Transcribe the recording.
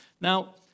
Now